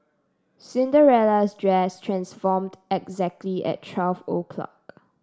Cinderella's dress transformed exactly at twelve o'clock